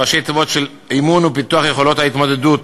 ראשי תיבות של אימון ופיתוח יכולת התמודדות,